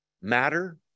matter